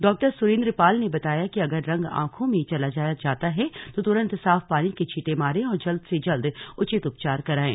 डॉ सुरेन्द्र पाल ने बताया कि अगर रंग आंखों मेग चला जाता है तो तुरन्त साफ पानी के छीटे मारें और जल्द से जल्द उचित उपचार करायें